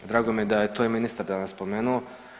Drago mi je da je to i ministar danas spomenuo.